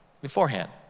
beforehand